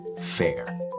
FAIR